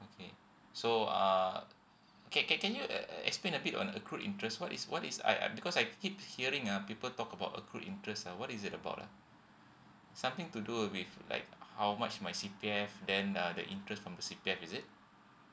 okay so err can can can you uh explain a bit on accrued interest what is what is I I because I keep hearing ah people talk about accrues interest ah what is it about ah something to do with like how much my C_P_F then uh the interest from C_P_F is it